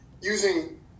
using